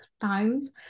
times